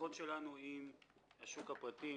משיחות שלנו עם השוק הפרטי,